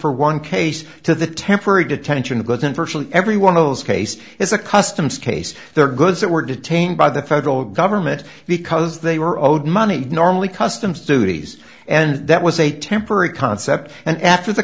for one case to the temporary detention of goods in virtually every one of those cases is a customs case there goods that were detained by the federal government because they were owed money normally customs duties and that was a temporary concept and after the